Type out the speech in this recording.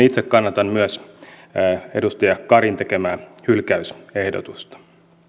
itse kannatan myös edustaja karin tekemää hylkäysehdotusta